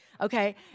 Okay